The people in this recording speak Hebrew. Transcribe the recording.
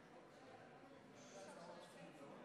הצעת חוק החלת הריבונות של מדינת ישראל בחבלי יהודה והשומרון,